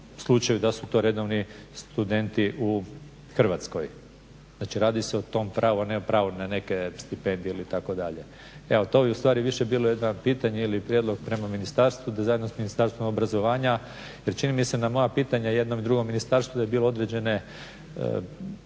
slučaju da su to redovni studenti u Hrvatskoj. Znači radi se o tom pravu, a ne pravu na neke stipendije ili tako dalje. Evo to bi ustvari više bilo jedno pitanje ili prijedlog prema ministarstvu, da zajedno s Ministarstvom obrazovanja jer čini mi se na moja pitanja jednom i drugom ministarstvu je bilo određene, nije